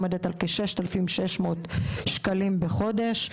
עומדת על כ-6,600 שקלים בחודש.